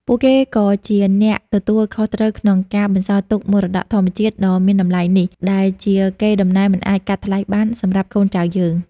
ពួកគេគឺជាអ្នកទទួលខុសត្រូវក្នុងការ បន្សល់ទុកមរតកធម្មជាតិ ដ៏មានតម្លៃនេះ ដែលជាកេរ្តិ៍ដំណែលមិនអាចកាត់ថ្លៃបានសម្រាប់កូនចៅយើង។